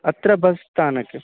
अत्र बस्स्थानकम्